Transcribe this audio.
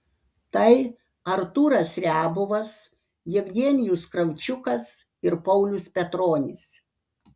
tai artūras riabovas jevgenijus kravčiukas ir paulius petronis